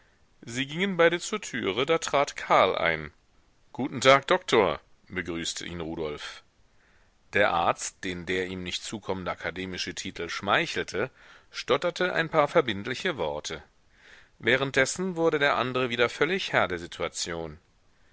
sie gingen beide zur türe da trat karl ein guten tag doktor begrüßte ihn rudolf der arzt den der ihm nicht zukommende akademische titel schmeichelte stotterte ein paar verbindliche worte währenddessen wurde der andre wieder völlig herr der situation